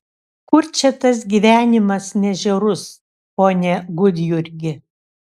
kur čia tas gyvenimas ne žiaurus pone gudjurgi